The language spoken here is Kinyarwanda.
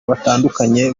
batandukanye